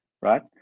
right